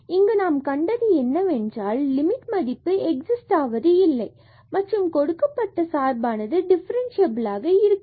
இங்கு நாம் கண்டது என்னவென்றால் லிமிட் மதிப்பு எக்ஸிஸ்ட் ஆவது இல்லை மற்றும் கொடுக்கப்பட்ட சார்பானது டிஃபரன்ஸ்சியபிலாக இருக்காது